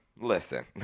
listen